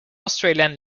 australian